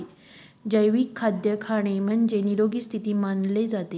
जैविक खाद्य खाणे म्हणजे, निरोगी स्थिती मानले जाते